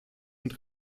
und